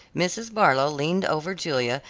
mrs. barlow leaned over julia,